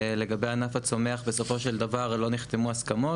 לגבי ענף הצומח בסופו של דבר לא נחתמו הסכמות,